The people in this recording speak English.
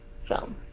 film